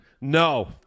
No